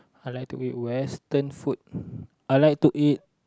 I like to eat western food I like to eat